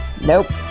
Nope